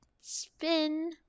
spin